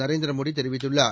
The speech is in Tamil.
நரேந்திரமோடிதெரிவித்துள் ளார்